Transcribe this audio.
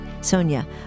Sonia